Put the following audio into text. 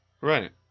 Right